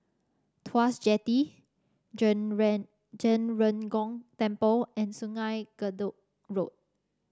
Tuas Jetty Zhen Ren Zhen Ren Gong Temple and Sungei Gedong Road